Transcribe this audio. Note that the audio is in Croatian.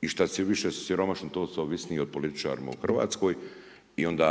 i što su više siromašni to su ovisniji o političarima u Hrvatskoj i onda